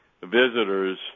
visitors